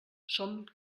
són